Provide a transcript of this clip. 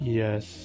Yes